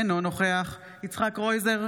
אינו נוכח יצחק קרויזר,